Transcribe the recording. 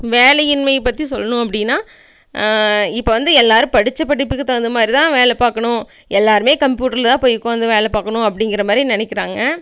வேலையின்மைய பற்றி சொல்லணும் அப்படின்னா இப்போ வந்து எல்லாரும் படிச்ச படிப்புக்கு தகுந்த மாரி தான் வேலை பார்க்கணும் எல்லாருமே கம்ப்யூட்டரில் தான் போய் உட்காந்து வேலை பார்க்கணும் அப்டிங்கிற மாரி நினைக்கிறாங்க